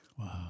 Wow